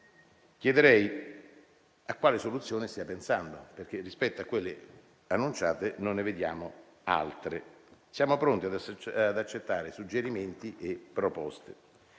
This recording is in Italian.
chiederei a quale soluzione stia pensando. Rispetto a quelle annunciate non ne vediamo altre. Siamo pronti ad accettare suggerimenti e proposte.